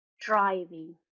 driving